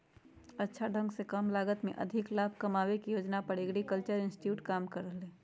अच्छा ढंग से कम लागत में अधिक लाभ कमावे के योजना पर एग्रीकल्चरल इंस्टीट्यूट काम कर रहले है